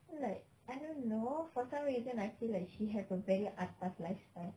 then I feel like I don't know for some reason I feel like she has a very atas lifestyle